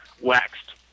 waxed